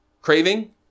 Craving